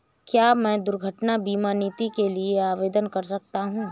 क्या मैं दुर्घटना बीमा नीति के लिए आवेदन कर सकता हूँ?